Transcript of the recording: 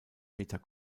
meter